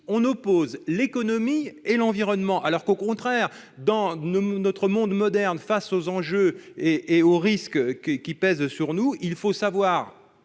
on oppose l'économie et l'environnement, alors qu'au contraire, dans notre monde moderne, face aux enjeux et aux risques qui pèsent sur nous, il faudrait